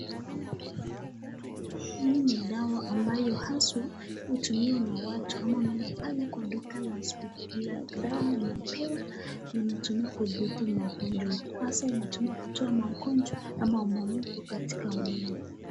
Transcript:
Hii ni dawa ambayo haswa hutumiwa na watu ama unaenda pale kwa duka la dawa unapewa unatumia kutibu magonjwa hasaa unatumiwa kutoa magonjwa ama maumivu katika mwili.